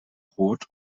rot